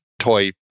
Toy